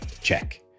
Check